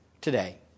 today